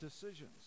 decisions